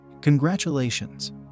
Congratulations